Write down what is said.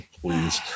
please